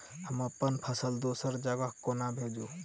हम अप्पन फसल दोसर जगह कोना भेजू?